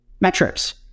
Metrics